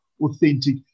authentic